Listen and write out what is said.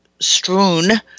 strewn